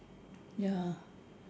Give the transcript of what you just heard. ya